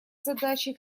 задачей